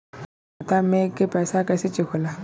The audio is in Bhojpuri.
खाता में के पैसा कैसे चेक होला?